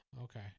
okay